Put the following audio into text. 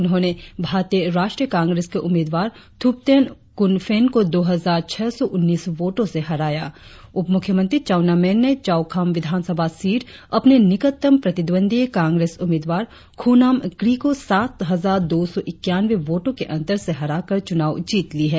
उन्होंने भारतीय राष्ट्रीय कांग्रेस के उम्मीदवार थूपटेन कुनफेन को दो हजार छह सौ उन्नीस वोटों से हराया उप मुख्यमंत्री चाउना मेन ने चौखाम विधानसभा सीट अपने निकटतम प्रतिद्वंदी कांग्रेस उम्मीदवार खुनांम क्री को सात हजार दो सौ इक्यानवे वोटों के अंतर से हराकर चुनाव जीत ली है